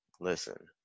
listen